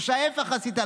או שההפך עשית,